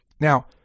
Now